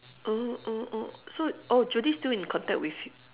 oh oh oh so oh Judy still in contact with